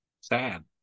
sad